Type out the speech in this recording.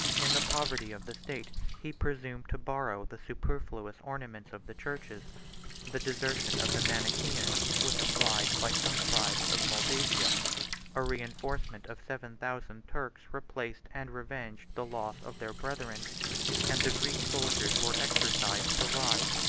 in the poverty of the state, he presumed to borrow the superfluous ornaments of the churches the desertion of the manichaeans was supplied by some tribes of moldavia a reenforcement of seven thousand turks replaced and revenged the loss of their brethren and the greek soldiers were exercised to ride,